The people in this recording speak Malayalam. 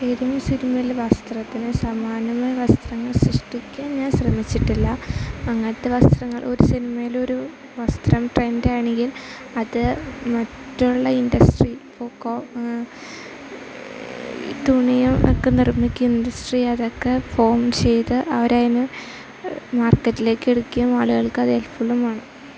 ഏതെങ്കിലും സിനിമയിൽ വസ്ത്രത്തിന് സമാനമായ വസ്ത്രങ്ങൾ സൃഷ്ടിക്കാൻ ഞാൻ ശ്രമിച്ചിട്ടില്ല അങ്ങനത്തെ വസ്ത്രങ്ങൾ ഒരു സിനിമയിലൊരു വസ്ത്രം ട്രെൻഡാണെങ്കിൽ അത് മറ്റുള്ള ഇൻഡസ്ട്രി പോക്കോ ഈ തുണിയും ഒക്കെ നിർമ്മിക്കുന്ന ഇൻഡസ്ട്രി അതൊക്കെ ഫോം ചെയ്ത് അവരതിനെ മാർക്കറ്റിലേക്ക് എടുക്കുകയും ആളുകൾക്ക് അത് ഹെല്പ്ഫുള്ളുമാണ്